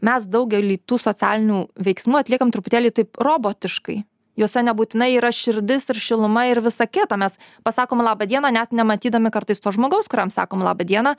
mes daugelį tų socialinių veiksmų atliekam truputėlį taip robotiškai juose nebūtinai yra širdis ir šiluma ir visa kita mes pasakom laba diena net nematydami kartais to žmogaus kuriam sakom laba diena